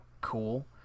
cool